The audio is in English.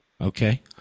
Okay